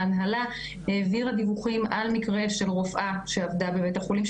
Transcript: ההנהלה העבירה דיווחים על מקרה של רופאה שעבדה בבית החולים,